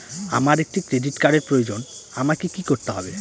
আমার একটি ক্রেডিট কার্ডের প্রয়োজন আমাকে কি করতে হবে?